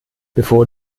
bevor